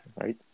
Right